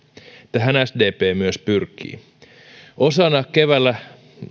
tähän sdp myös pyrkii osana keväällä